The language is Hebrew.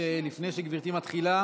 לפני שגברתי מתחילה